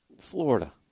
Florida